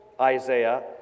Isaiah